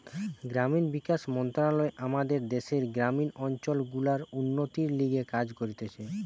গ্রামীণ বিকাশ মন্ত্রণালয় আমাদের দ্যাশের গ্রামীণ অঞ্চল গুলার উন্নতির লিগে কাজ করতিছে